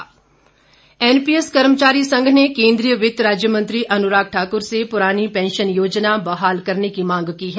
NPS NPS कर्मचारी संघ ने केंद्रीय वित्त राज्य मंत्री अनुराग ठाकुर से पुरानी पैंशन योजना बहाल करने की मांग की है